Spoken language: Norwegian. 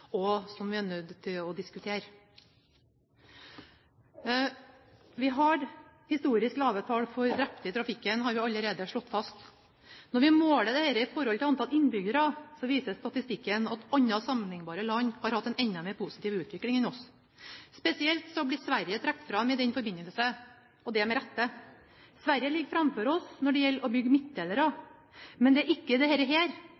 og som vi er nødt til å diskutere. Vi har historisk lave tall for drepte i trafikken. Det har vi allerede slått fast. Når vi måler det i forhold til antall innbyggere, viser statistikken at andre sammenlignbare land har hatt en enda mer positiv utvikling enn oss. Sverige blir spesielt trukket fram i den forbindelse, og det med rette. Sverige ligger foran oss når det gjelder å bygge